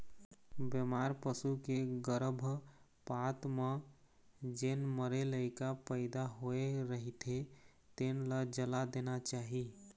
बेमार पसू के गरभपात म जेन मरे लइका पइदा होए रहिथे तेन ल जला देना चाही